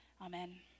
Amen